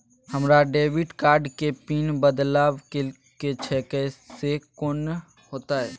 हमरा debit card के pin बदलवा के छै से कोन होतै?